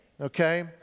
Okay